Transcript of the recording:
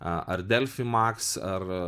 a ar delfi maka ar